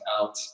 out